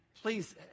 please